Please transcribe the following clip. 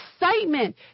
excitement